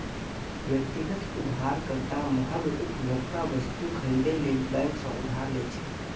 व्यक्तिगत उधारकर्ता महग उपभोक्ता वस्तु खरीदै लेल बैंक सं उधार लै छै